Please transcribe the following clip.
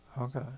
Okay